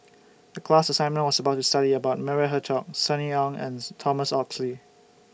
The class assignment was about study about Maria Hertogh Sunny Ang and Thomas Oxley